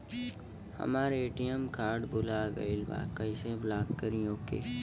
हमार ATM card भूला गईल बा कईसे ब्लॉक करी ओके?